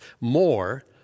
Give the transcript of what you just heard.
more